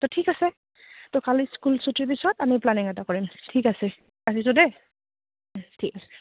ত' ঠিক আছে ত' কালি স্কুল ছুটিৰ পিছত আমি প্লেনিং এটা কৰিম ঠিক আছে আহিছোঁ দেই ঠিক আছে